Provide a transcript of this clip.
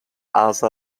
asa